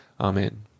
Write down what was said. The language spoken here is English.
Amen